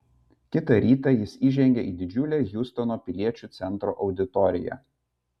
kitą rytą jis įžengė į didžiulę hjustono piliečių centro auditoriją